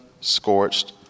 scorched